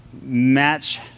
match